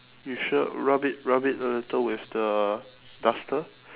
you sure rub it rub it a little with the duster